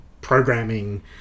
programming